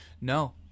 no